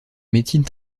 médecine